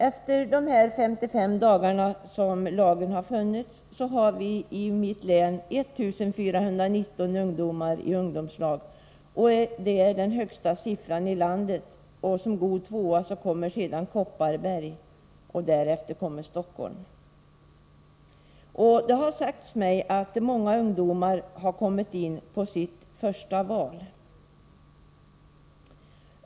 Efter de 55 dagar som lagen funnits har vi 1419 ungdomar i ungdomslag. Det är den högsta siffran i landet. Som god tvåa kommer Kopparbergs län, och därefter kommer Stockholms län. Det har sagts mig att många ungdomar har kommit in på sitt första val.